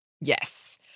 Yes